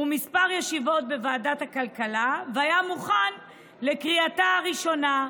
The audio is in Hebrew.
וכמה ישיבות בוועדת הכלכלה והיה מוכן לקריאה ראשונה.